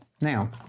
Now